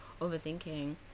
overthinking